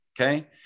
Okay